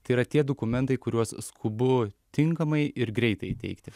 tai yra tie dokumentai kuriuos skubu tinkamai ir greitai įteikti